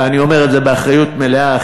ואני אומר את זה באחריות מלאה,